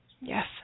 Yes